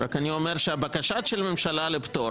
רק אני אומר שהבקשה של הממשלה לפטור,